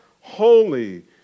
holy